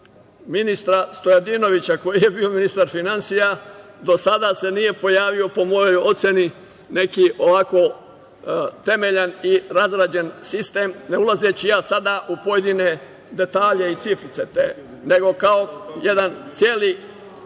ministra Stojadinovića, koji je bio ministar finansija, do sada se nije pojavio, po mojoj oceni, neki ovako temeljan i razrađen sistem. Neću ulaziti ja sada u pojedine detalje i cifrice, nego kao jedan celi